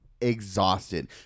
exhausted